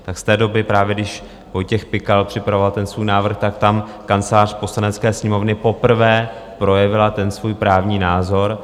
Z té doby, právě když Vojtěch Pikal připravoval ten svůj návrh, tak tam Kancelář Poslanecké sněmovny poprvé projevila svůj právní názor.